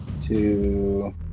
two